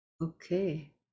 okay